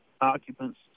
occupants